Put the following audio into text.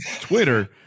Twitter